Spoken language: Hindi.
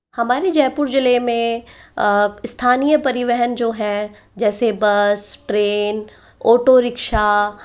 हमारे जयपुर जिले में स्थानीय परिवहन जो है जैसे बस ट्रेन ऑटो रिक्शा